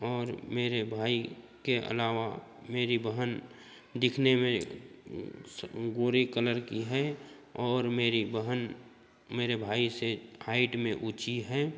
और मेरे भाई के अलावा मेरी बहन दिखने में गोरी कलर की है और मेरी बहन मेरे भाई से हाईट में ऊँची है